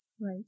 Right